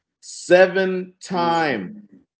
seven-time